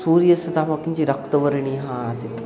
सूर्यास्तमः किञ्चित् रक्तवर्णीयः आसीत्